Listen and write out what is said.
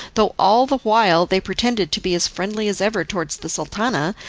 though all the while they pretended to be as friendly as ever towards the sultana,